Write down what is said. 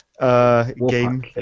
game